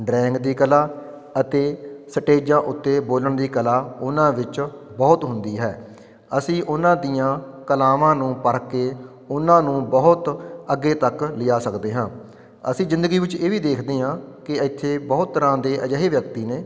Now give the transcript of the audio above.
drawing ਦੀ ਕਲਾ ਅਤੇ ਸਟੇਜਾਂ ਉੱਤੇ ਬੋਲਣ ਦੀ ਕਲਾ ਉਹਨਾਂ ਵਿੱਚ ਬਹੁਤ ਹੁੰਦੀ ਹੈ ਅਸੀਂ ਉਹਨਾਂ ਦੀਆਂ ਕਲਾਵਾਂ ਨੂੰ ਪਰਖ ਕੇ ਉਹਨਾਂ ਨੂੰ ਬਹੁਤ ਅੱਗੇ ਤੱਕ ਲਿਜਾ ਸਕਦੇ ਹਾਂ ਅਸੀਂ ਜ਼ਿੰਦਗੀ ਵਿੱਚ ਇਹ ਵੀ ਦੇਖਦੇ ਹਾਂ ਕਿ ਇੱਥੇ ਬਹੁਤ ਤਰ੍ਹਾਂ ਦੇ ਅਜਿਹੇ ਵਿਅਕਤੀ ਨੇ